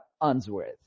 Unsworth